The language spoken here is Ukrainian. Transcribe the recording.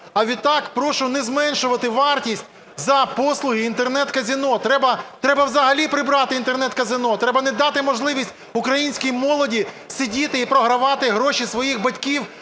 А відтак прошу не зменшувати вартість за послуги Інтернет-казино. Треба взагалі прибрати Інтернет-казино, треба не дати можливість українській молоді сидіти і програвати гроші своїх батьків,